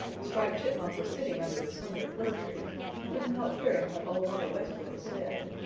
striped chipmunk was sitting under the slender fir tree and he couldn't help hearing what old mother west wind said.